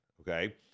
Okay